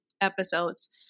episodes